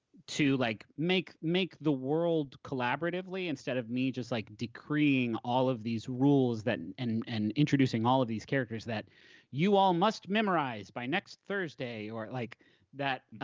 to like make make the world collaboratively instead of me just like decreeing all of these rules and and introducing all of these characters that you all must memorize by next thursday, or like that.